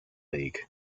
league